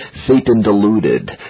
Satan-deluded